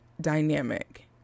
dynamic